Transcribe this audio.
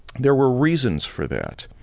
there were reasons for that.